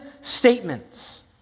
statements